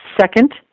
Second